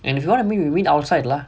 and if you want to meet we meet outside lah